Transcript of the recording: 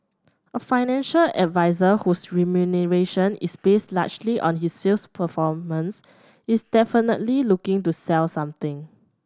a financial advisor whose remuneration is based largely on his sales performance is definitely looking to sell something